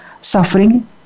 suffering